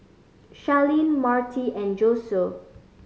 Sharlene Marti and Josue